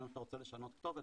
היום אם אתה רוצה לשנות כתובת,